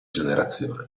generazione